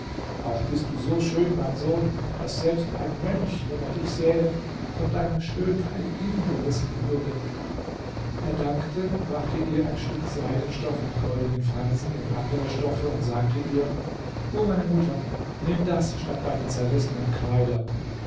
auch bist du so schön mein sohn daß selbst ein mönch wenn er dich sähe von deiner schönheit hingerissen würde er dankte brachte ihr ein stück seidenstoff mit goldenen fransen und andere stoffe und sagte ihr o meine mutter nimm das statt deiner zerrissenen kleider